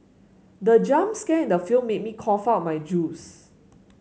the jump scare in the film made me cough out my juice